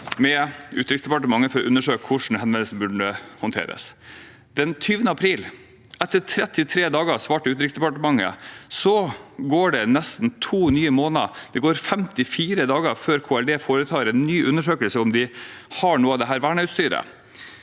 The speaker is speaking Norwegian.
med Utenriksdepartementet for å undersøke hvordan henvendelsen burde håndteres. Den 20. april, etter 33 dager, svarte Utenriksdepartementet. Så går det nesten to nye måneder – 54 dager – før KLD foretar en ny undersøkelse av om de har noe av dette verneutstyret.